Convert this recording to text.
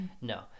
no